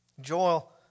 Joel